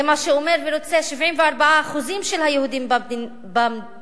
זה מה שאומרים ורוצים 74% מהיהודים במדינה.